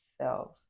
self